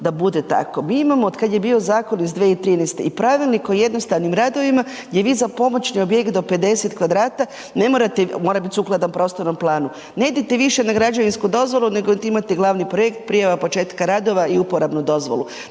da bude tako. Mi imamo od kada je bio Zakon iz 2013. i Pravilnik o jednostavnim radovima gdje vi za pomoćni objekt do 50 kvadrata ne morate, mora biti sukladan prostornom planu, ne idete više na građevinsku dozvolu, nego imate glavni projekt, prijava početka radova i uporabnu dozvolu.